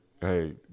hey